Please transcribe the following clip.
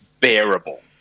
bearable